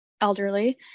elderly